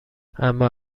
اما